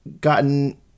gotten